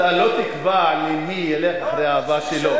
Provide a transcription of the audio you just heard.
אתה לא תקבע מי ילך אחרי האהבה שלו.